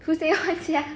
who say [one] sia